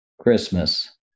Christmas